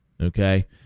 okay